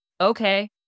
Okay